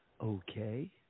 Okay